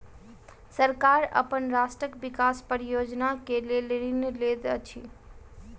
सरकार अपन राष्ट्रक विकास परियोजना के लेल ऋण लैत अछि